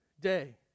day